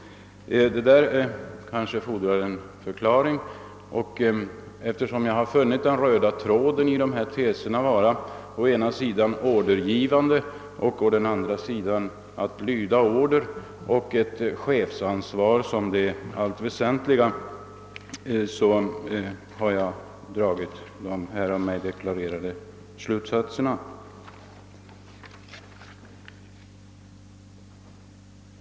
Detta kanske fordrar en förklaring. Eftersom jag funnit att den röda tråden i dessa teser å ena sidan är ett chefsansvar och ett ordergivande samt å andra sidan lydande av order såsom det helt väsentliga, har jag dragit de av mig här deklarerade slutsatserna.